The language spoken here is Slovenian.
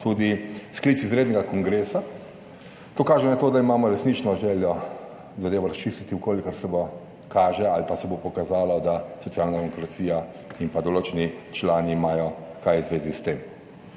tudi sklic izrednega kongresa. To kaže na to, da imamo resnično željo zadevo razčistiti, v kolikor se bo kaže ali pa se bo pokazalo da Socialna demokracija in pa določeni člani imajo kaj v zvezi s tem.